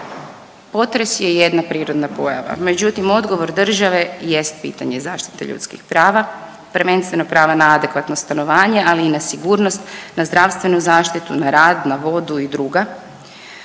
potres je jedna prirodna pojava, međutim, odgovor države jest pitanje zaštite ljudskih prava, prvenstveno prava na adekvatno stanovanje, ali i na sigurnost, na zdravstvenu zaštitu, na rad, na vodu i druga.